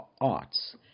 arts